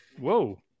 Whoa